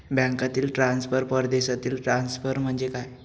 बँकांतील ट्रान्सफर, परदेशातील ट्रान्सफर म्हणजे काय?